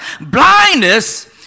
Blindness